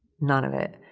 none of it.